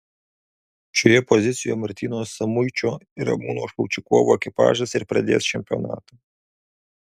šioje pozicijoje martyno samuičio ir ramūno šaučikovo ekipažas ir pradės čempionatą